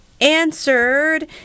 Answered